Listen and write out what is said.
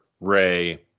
Ray